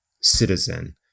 citizen